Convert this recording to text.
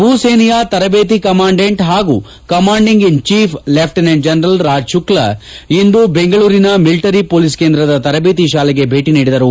ಭೂಸೇನೆಯ ತರದೇತಿ ಕಮಾಂಡೆಂಡ್ ಹಾಗು commanding in chief lieutenant general Raj Shukla ಇಂದು ಬೆಂಗಳೂರಿನ ಮಿಲಿಟರಿ ಪೊಲೀಸ್ ಕೇಂದ್ರದ ತರಬೇತಿ ಶಾಲೆಗೆ ಭೇಟಿ ನೀಡಿದರು